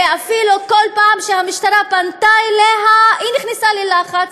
ואפילו כל פעם שהמשטרה פנתה אליה היא נכנסה ללחץ.